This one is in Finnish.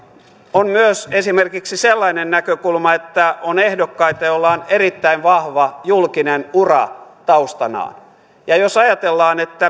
on myös esimerkiksi sellainen näkökulma että on ehdokkaita joilla on erittäin vahva julkinen ura taustanaan ja jos ajatellaan